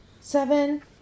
Seven